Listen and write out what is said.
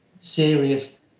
serious